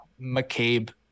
McCabe